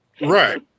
right